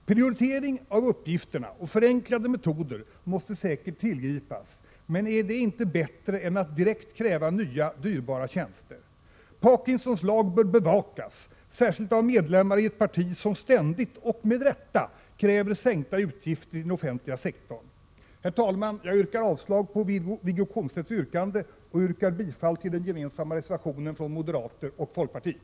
Prioriteringar av uppgifterna och förenklade metoder måste säkert tillgripas. Men är inte detta bättre än att direkt kräva nya och dyrbara tjänster? Parkinsons lag bör bevakas, särskilt av medlemmar i ett parti som ständigt — och med rätta — kräver sänkta utgifter i den offentliga sektorn. Herr talman! Jag yrkar avslag på Wiggo Komstedts yrkande och bifall till den gemensamma reservationen från moderater och folkpartister.